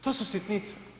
To su sitnice.